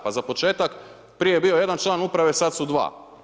Pa za početak, prije je bio jedan član uprave, sad su dva.